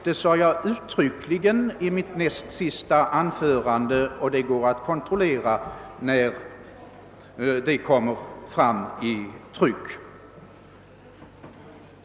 Det sade jag uttryckligen i mitt näst sista anförande; det går att kontrollera när anförandet föreligger i tryck.